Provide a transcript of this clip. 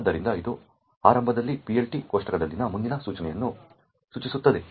ಆದ್ದರಿಂದ ಇದು ಆರಂಭದಲ್ಲಿ PLT ಕೋಷ್ಟಕದಲ್ಲಿನ ಮುಂದಿನ ಸೂಚನೆಯನ್ನು ಸೂಚಿಸುತ್ತದೆ